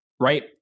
right